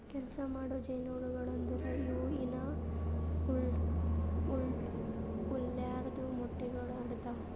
ಕೆಲಸ ಮಾಡೋ ಜೇನುನೊಣಗೊಳು ಅಂದುರ್ ಇವು ಇನಾ ಹುಟ್ಲಾರ್ದು ಮೊಟ್ಟೆಗೊಳ್ ಇಡ್ತಾವ್